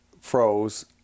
froze